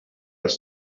was